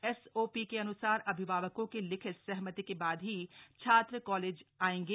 SOP के अनुसार अभिभावकों के लिखित सहमति के बाद ही छात्र कॉलेज आएंगे